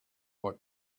what